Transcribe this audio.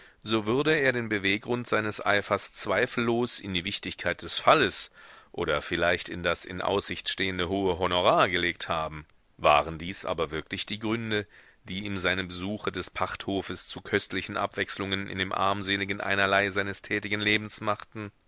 so würde er den beweggrund seines eifers zweifellos in die wichtigkeit des falles oder vielleicht in das in aussicht stehende hohe honorar gelegt haben waren dies aber wirklich die gründe die ihm seine besuche des pachthofes zu köstlichen abwechselungen in dem armseligen einerlei seines tätigen lebens machten